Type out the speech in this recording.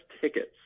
tickets